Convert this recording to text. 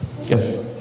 Yes